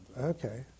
okay